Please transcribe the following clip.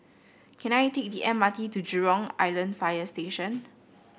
can I take the M R T to Jurong Island Fire Station